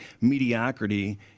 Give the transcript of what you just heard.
mediocrity